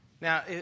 Now